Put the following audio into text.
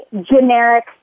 generic